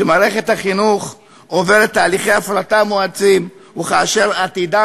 כשמערכת החינוך עוברת תהליכי הפרטה מואצים וכאשר עתידם